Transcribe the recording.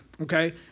Okay